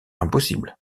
impossible